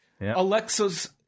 Alexa's